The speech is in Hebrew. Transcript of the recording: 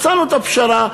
מצאנו את הפשרה,